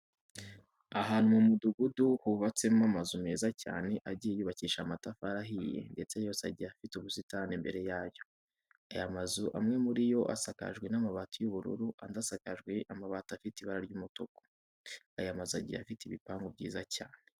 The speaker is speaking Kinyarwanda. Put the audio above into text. Ahantu mu mudugudu hubatsemo amazu meza cyane agiye yubakishije amatafari ahiye ndetse yose agiye afite ubusitani imbere yayo. Aya mazu amwe muri yo asakajwe n'amabati y'ubururu, andi asakajwe amabati afite ibara ry'umutuku. Aya mazu agiye afite ibipangu byiza cyane.